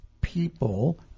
people